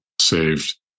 Saved